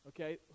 Okay